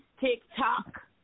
TikTok